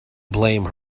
blame